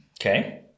Okay